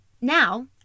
Now